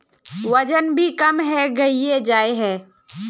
वजन भी कम है गहिये जाय है?